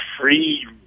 free